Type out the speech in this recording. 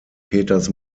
peters